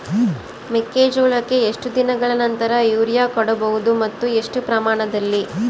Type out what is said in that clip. ಮೆಕ್ಕೆಜೋಳಕ್ಕೆ ಎಷ್ಟು ದಿನಗಳ ನಂತರ ಯೂರಿಯಾ ಕೊಡಬಹುದು ಮತ್ತು ಎಷ್ಟು ಪ್ರಮಾಣದಲ್ಲಿ?